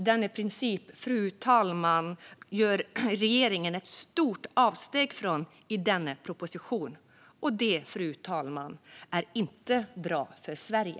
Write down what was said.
Denna princip gör regeringen ett stort avsteg från i propositionen. Detta, fru talman, är inte bra för Sverige.